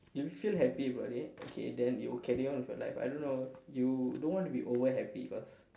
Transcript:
you feel happy about it okay then you carry on with your life I don't know you don't want to be over happy because